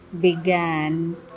began